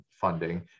funding